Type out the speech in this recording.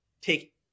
take